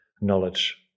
knowledge